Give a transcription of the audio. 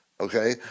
okay